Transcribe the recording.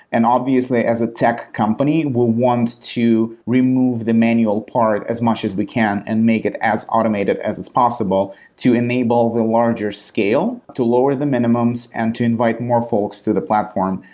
and obviously, as a tech company, we want to remove the manual part as much as we can and make it as automated as as possible to enable the larger scale to lower the minimums and to invite more folks to the platform,